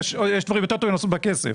יש דברים טובים יותר לעשות בכסף.